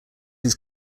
his